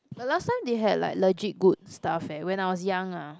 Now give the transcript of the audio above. the last time they had like legit good stuff eh when I was young ah